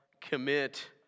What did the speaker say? commit